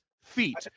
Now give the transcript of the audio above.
feet